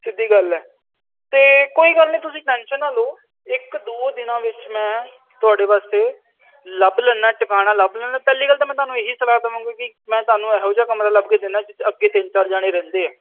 ਸਿੱਧੀ ਗੱਲ ਹੈ ਅਤੇ ਕੋਈ ਗੱਲ ਨਹੀਂ ਤੁਸੀਂ ਟੈਨਸ਼ਨ ਨਾ ਲਓ ਇੱਕ ਦੋ ਦਿਨਾਂ ਵਿੱਚ ਮੈਂ ਤੁਹਾਡੇ ਵਾਸਤੇ ਲੱਭ ਲੈਂਦਾ ਟਿਕਾਣਾ ਲੱਭ ਲੈਂਦਾ ਪਹਿਲੀ ਗੱਲ ਤਾਂ ਮੈਂ ਤੁਹਾਨੂੰ ਇਹੀ ਸਲਾਹ ਦੇਵਾਂਗਾ ਵੀ ਮੈਂ ਤੁਹਾਨੂੰ ਇਹੋ ਜਿਹਾ ਕਮਰਾ ਲੱਭ ਕੇ ਦਿੰਦਾ ਜਿਹ 'ਚ ਅੱਗੇ ਤਿੰਨ ਚਾਰ ਜਾਣੇ ਰਹਿੰਦੇ ਆ